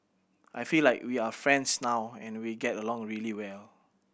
I feel like we are friends now and we get along really well